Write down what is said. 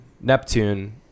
Neptune